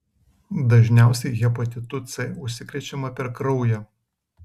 dažniausiai hepatitu c užsikrečiama per kraują